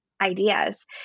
ideas